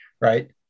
Right